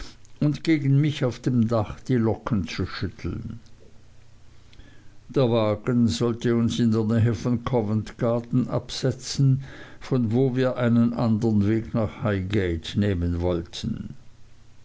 und gegen mich auf dem dach die locken zu schütteln der wagen sollte uns in der nähe von covent garten absetzen von wo wir einen andern weg nach highgate nehmen wollten